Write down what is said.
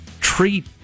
treat